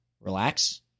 relax